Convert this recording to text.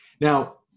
Now